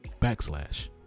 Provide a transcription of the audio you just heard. backslash